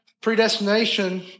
predestination